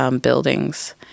buildings